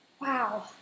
wow